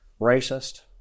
racist